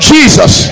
Jesus